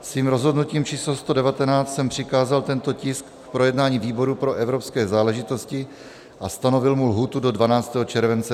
Svým rozhodnutím číslo 119 jsem přikázal tento tisk k projednání výboru pro evropské záležitosti a stanovil mu lhůtu do 12. července 2021.